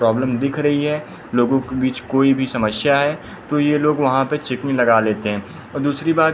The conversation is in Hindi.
प्रॉब्लम दिख रही है लोगों के बीच कोई भी समस्या है तो ये लोग वहाँ पर चेकिंग लगा लेते हैं और दूसरी बात